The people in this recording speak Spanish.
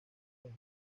gen